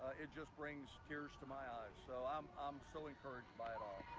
it just brings tears to my eyes, so i'm um so encouraged by it all.